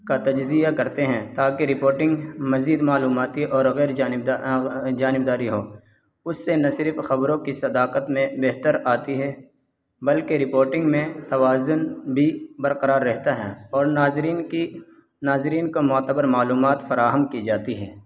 کا تجزیہ کرتے ہیں تاکہ رپوٹنگ مزید معلوماتی اور غیر جانبدار جانبداری ہو اس سے نہ صرف خبروں کی صداقت میں بہتر آتی ہے بلکہ رپوٹنگ میں توازن بھی برقرار رہتا ہے اور ناظرین کی ناظرین کو معتبر معلومات فراہم کی جاتی ہیں